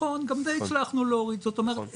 נכון, גם את זה הצלחנו להוריד, זאת אומרת אפשר,